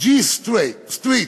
ג'יי סטריט.